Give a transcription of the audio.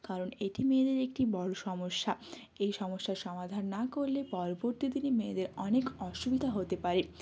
কারণ এটি মেয়েদের একটি বড় সমস্যা এই সমস্যার সমাধান না করলে পরবর্তী দিনে মেয়েদের অনেক অসুবিধা হতে পারে